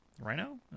Rhino